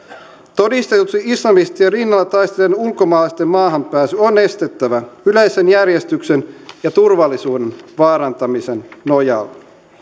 todistetusti islamistien rinnalla taistelleiden ulkomaalaisten maahanpääsy on estettävä yleisen järjestyksen ja turvallisuuden vaarantamisen nojalla